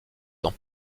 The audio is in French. dans